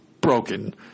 broken